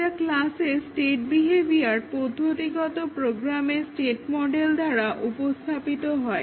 একটা ক্লাসের state behaviour পদ্ধতিগত প্রোগ্রামের স্টেট মডেল দ্বারা উপস্থাপিত হয়